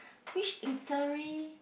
which literary